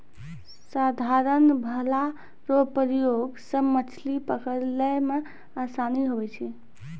साधारण भाला रो प्रयोग से मछली पकड़ै मे आसानी हुवै छै